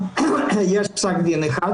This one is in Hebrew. יש פסק דין אחד